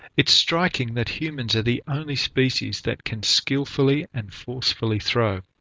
it's striking that humans are the only species that can skilfully and forcefully throw.